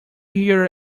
hear